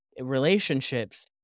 relationships